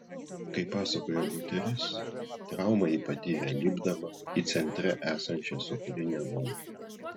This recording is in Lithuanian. kaip pasakoja moteris traumą ji patyrė lipdama į centre esančią sūkurinę vonią